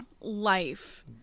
life